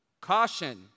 caution